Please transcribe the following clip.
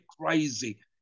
crazy